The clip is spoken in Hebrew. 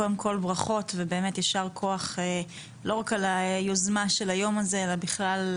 ברכות ובאמת יישר כוח לא רק על היוזמה של היום הזה אלא בכלל,